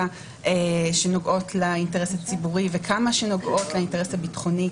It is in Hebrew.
שנוגעות לאינטרס הציבורי וכמה שנוגעות לזה הביטחוני,